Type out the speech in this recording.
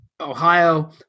Ohio